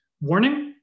warning